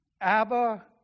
Abba